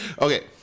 Okay